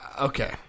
okay